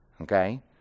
okay